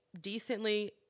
decently